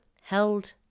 held